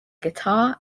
guitar